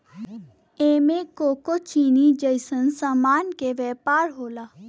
एमे कोको चीनी जइसन सामान के व्यापार होला